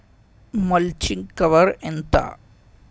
Mulching cover ఎంత?